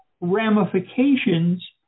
ramifications